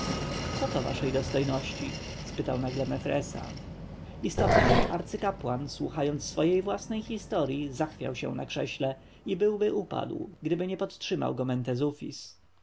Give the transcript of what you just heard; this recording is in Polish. co to waszej dostojności spytał nagle mefresa istotnie arcykapłan słuchając swojej własnej historji zachwiał się na krześle i byłby upadł gdyby nie podtrzymał go